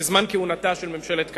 בזמן כהונתה של ממשלת קדימה.